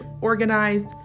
organized